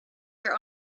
their